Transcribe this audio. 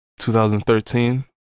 2013